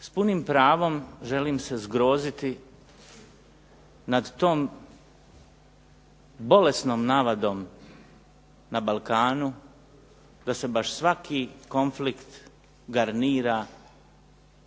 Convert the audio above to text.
s punim pravom želim se zgroziti nad tom bolesnom navadom na Balkanu da se baš svaki konflikt garnira